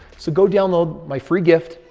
so go download my free gift.